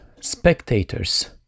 spectators